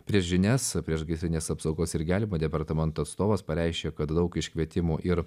prieš žinias priešgaisrinės apsaugos ir gelbėjo departamento atstovas pareiškė kad daug iškvietimų ir